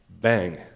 bang